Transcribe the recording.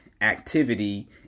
activity